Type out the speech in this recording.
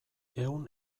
ehun